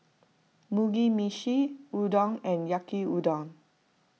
Mugi Meshi Udon and Yaki Udon